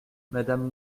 madame